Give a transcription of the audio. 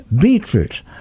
beetroot